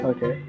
Okay